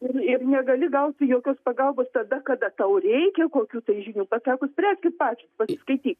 ir ir negali gauti jokios pagalbos tada kada tau reikia kokių tai žinių patekus prekių patys pasiskaitykit